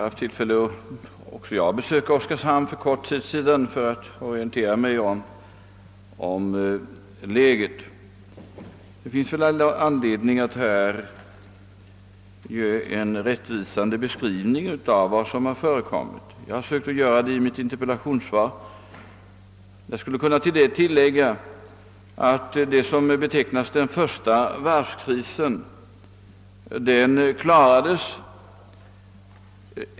Herr talman! Även jag hade för kort tid sedan tillfälle att besöka Oskarshamn för att orientera mig om läget, och jag har också i mitt interpellationssvar försökt att ge en rättvisande beskrivning av vad som där förekommit. Jag kan tillägga att vad som betecknas som den första varvskrisen klarades.